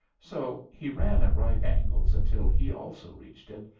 so, he ran at right angles until he also reached it,